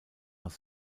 nach